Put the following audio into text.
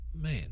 Man